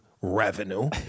revenue